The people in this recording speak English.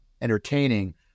entertaining